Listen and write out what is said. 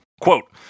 Quote